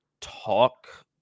talk